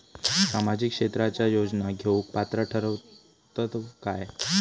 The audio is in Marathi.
सामाजिक क्षेत्राच्या योजना घेवुक पात्र ठरतव काय?